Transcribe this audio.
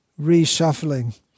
reshuffling